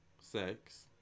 sex